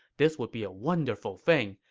this would be a wonderful thing.